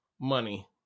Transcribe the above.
money